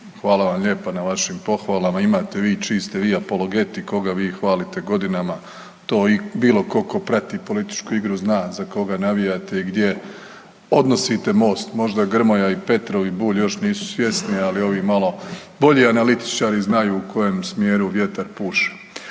Hvala vam lijepa na vašim pohvalama. Imate vi, čiji ste vi apologeti koga vi hvalite godinama to i bilo tko tko prati političku igru zna za koga navijate i gdje odnosite Most. Možda Grmoja, i Petrov i Bulj još nisu svjesni, ali ovi malo bolji analitičari znaju u kojem smjeru vjetar puše.